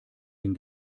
den